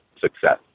success